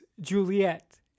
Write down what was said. Juliet